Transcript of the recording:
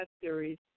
series